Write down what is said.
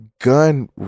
gun